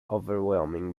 overwhelming